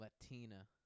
Latina